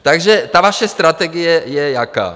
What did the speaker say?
Takže ta vaše strategie je jaká?